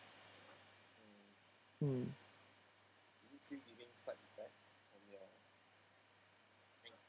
mm